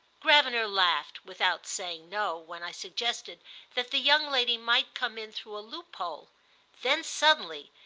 gravener laughed, without saying no, when i suggested that the young lady might come in through a loophole then suddenly,